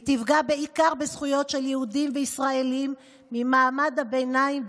היא תפגע בעיקר בזכויות של יהודים וישראלים ממעמד הביניים,